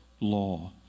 law